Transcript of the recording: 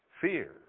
fear